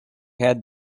had